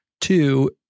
two